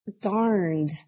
darned